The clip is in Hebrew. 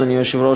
אדוני היושב-ראש,